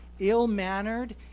ill-mannered